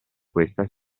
questa